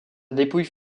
dépouille